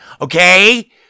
Okay